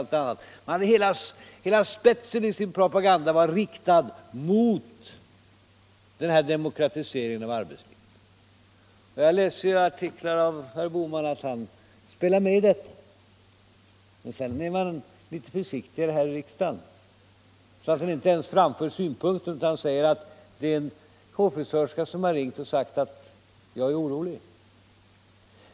Spetsen i hela den propagandan var med andra ord riktad mot denna demokratisering av arbetslivet. Jag har läst flera artiklar där herr Bohman spelade med, men här i riksdagen är han mera försiktig och för inte ens fram synpunkterna själv utan säger i stället att det är en hårfrisörska som har ringt och sagt att hon är orolig.